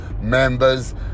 members